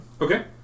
Okay